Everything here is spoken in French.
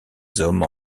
hommes